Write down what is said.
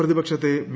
പ്രതിപക്ഷത്തെ വി